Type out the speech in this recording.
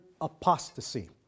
apostasy